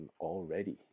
already